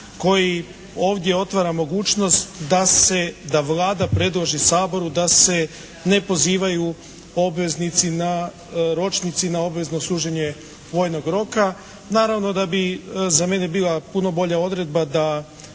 koji ovdje otvara mogućnost da se, da Vlada predloži Saboru da se ne pozivaju obveznici na, ročnici na obvezno služenje vojnog roka. Naravno da bi za mene bila puno bolja odredba da